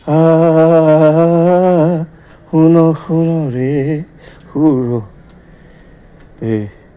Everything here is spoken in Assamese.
সুন সুনৰে সুৰ দে